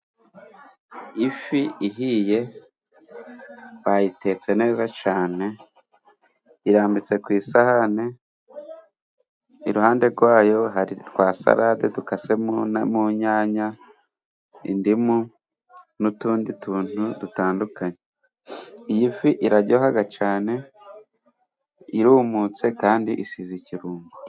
Ifi ihiye twayitetse neza cyane, irambitse ku isahani, iruhande rwayo hari twasalade dukase mu nyanya, indimu ,n'utundi tuntu dutandukanye, iyi fi iraryoha cyane irumutse kandi isize ikirungo.